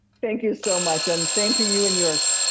thank you so much. and same to you and yours.